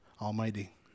Almighty